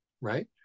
right